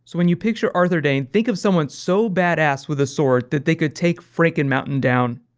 when you picture arthur dayne, think of someone so badass with a sword, that they could take franken-mountain down.